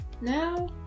Now